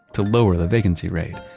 to lower the vacancy rate,